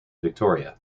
victoria